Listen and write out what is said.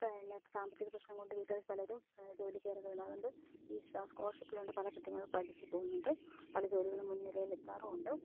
പിന്നെ സാമ്പത്തിക പ്രശ്നം കൊണ്ട് വീട്ടുകാരിൽ പലരും ജോലി ഈ സ്കോളർഷിപ്പുള്ളതുകൊണ്ട് പല പെണ്ണുങ്ങളൾ പഠിച്ചു പോകുന്നുണ്ട് പല ജോലികളിലും മുൻനിരയിൽ എത്താറുമുണ്ട്